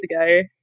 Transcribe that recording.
ago